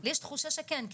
לי יש תחושה שכן,